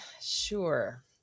sure